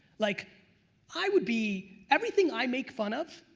like i would be everything i make fun of,